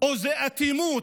או זו אטימות.